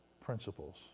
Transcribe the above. principles